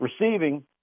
receiving